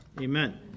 Amen